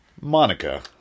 Monica